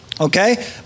Okay